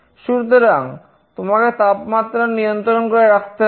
সুতরাং তোমাকে তাপমাত্রা নিয়ন্ত্রণ করে রাখতে হবে